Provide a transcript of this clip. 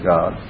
God